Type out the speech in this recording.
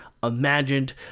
imagined